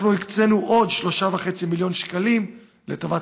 אנחנו הקצינו עוד 3.5 מיליון שקלים לטובת